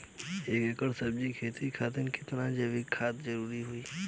एक एकड़ सब्जी के खेती खातिर कितना जैविक खाद के जरूरत होई?